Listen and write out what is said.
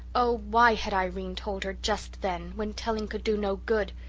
oh, why had irene told her just then, when telling could do no good?